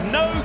no